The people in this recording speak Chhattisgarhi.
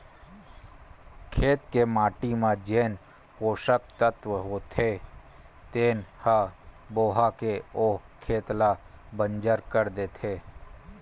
खेत के माटी म जेन पोसक तत्व होथे तेन ह बोहा के ओ खेत ल बंजर कर देथे